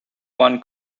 one